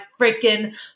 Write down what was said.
freaking